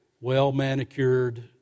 well-manicured